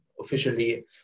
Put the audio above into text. officially